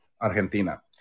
Argentina